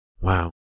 Wow